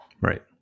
Right